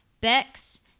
bex